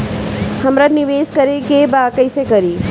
हमरा निवेश करे के बा कईसे करी?